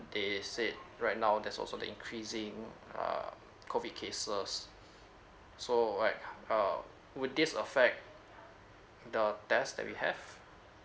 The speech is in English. they said right now there's also the increasing uh COVID cases so like uh would this affect the test that we have